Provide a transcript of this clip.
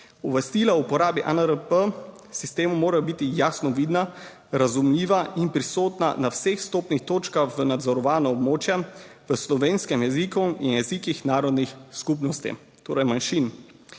Obvestila o uporabi ANPR sistemu morajo biti jasno vidna, razumljiva in prisotna na vseh vstopnih točkah v nadzorovano območja v slovenskem jeziku in jezikih narodnih skupnosti, torej manjšin.